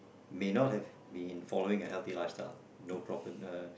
may not have been following a healthy lifestyle no problem